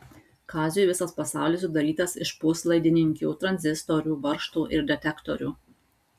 kaziui visas pasaulis sudarytas iš puslaidininkių tranzistorių varžtų ir detektorių